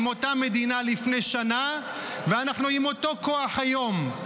עם אותה מדינה לפני שנה, ואנחנו עם אותו כוח היום.